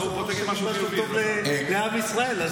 הוא אמר שתגיד משהו טוב לעם ישראל.